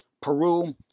Peru